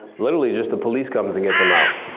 literally just the police comes and gets them out.